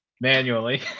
manually